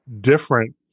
different